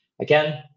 again